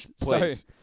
Please